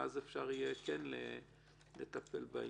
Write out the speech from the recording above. ואז אפשר יהיה לטפל בעניין.